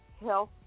health